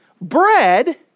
Bread